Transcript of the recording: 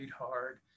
hard